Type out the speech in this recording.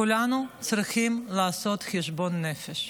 כולנו צריכים לעשות חשבון נפש,